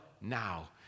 now